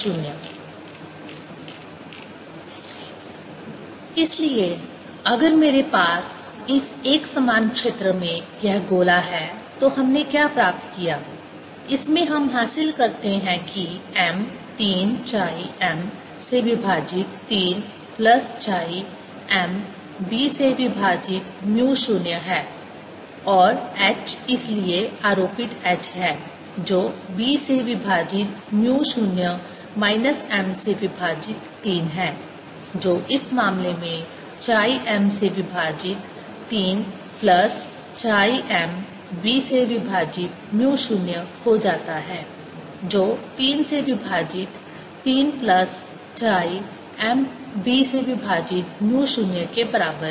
H MH M3 HinsideHappliedHdue to MB0 M3 MMB0 MM3 M3M3MB0 इसलिए अगर मेरे पास इस एकसमान क्षेत्र में यह गोला है तो हमने क्या प्राप्त किया इसमें हम हासिल करते हैं कि m 3 chi m से विभाजित 3 प्लस chi m b से विभाजित म्यू 0 है और h इसलिए आरोपित h है जो b से विभाजित म्यू 0 माइनस m से विभाजित 3 है जो इस मामले में chi m से विभाजित 3 प्लस chi m b से विभाजित म्यू 0 हो जाता है जो 3 से विभाजित 3 प्लस chi m b से विभाजित म्यू 0 के बराबर है